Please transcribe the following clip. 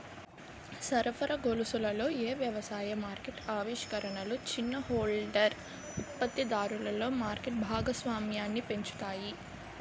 సరఫరా గొలుసులలో ఏ వ్యవసాయ మార్కెట్ ఆవిష్కరణలు చిన్న హోల్డర్ ఉత్పత్తిదారులలో మార్కెట్ భాగస్వామ్యాన్ని పెంచుతాయి?